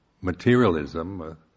materialism